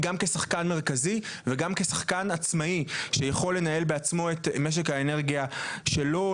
גם כשחקן מרכזי וגם כשחקן עצמאי שיכול לנהל בעצמו את משק האנרגיה שלו,